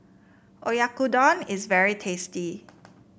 oyakodon is very tasty